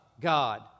God